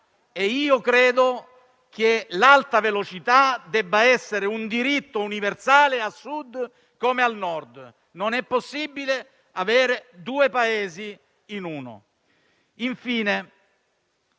metà. Credo che l'Alta velocità debba essere un diritto universale, al Sud come al Nord, perché non è possibile avere due Paesi in uno. Infine,